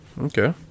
Okay